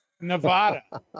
Nevada